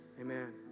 amen